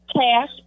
cash